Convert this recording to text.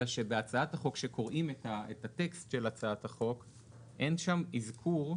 אלא שבהצעת החוק כשקוראים את הטקסט שלה אין שם אזכור,